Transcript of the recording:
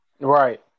right